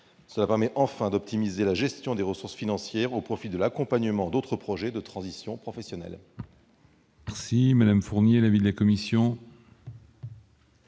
Il permet enfin d'optimiser la gestion des ressources financières au profit de l'accompagnement d'autres projets de transition professionnelle.